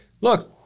look